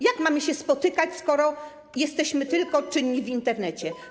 Jak mamy się spotykać, skoro jesteśmy aktywni tylko w Internecie?